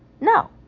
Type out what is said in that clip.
No